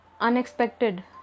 unexpected